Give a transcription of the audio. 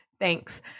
Thanks